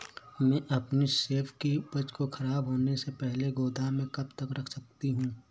मैं अपनी सेब की उपज को ख़राब होने से पहले गोदाम में कब तक रख सकती हूँ?